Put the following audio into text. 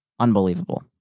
Unbelievable